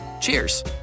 Cheers